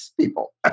people